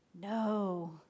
No